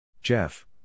Jeff